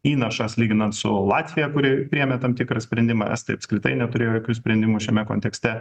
įnašas lyginant su latvija kuri priėmė tam tikrą sprendimą estai apskritai neturėjo jokių sprendimų šiame kontekste